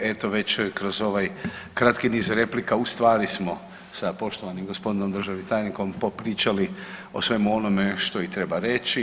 I eto kroz ovaj kratki niz replika u stvari smo sa poštovanim gospodinom državnim tajnikom popričali o svemu onome što i treba reći.